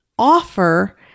offer